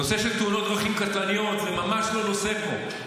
הנושא של תאונות דרכים קטלניות זה ממש לא נושא פה,